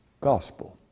gospel